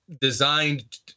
designed